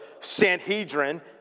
Sanhedrin